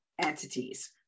entities